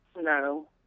No